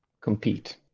compete